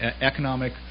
economic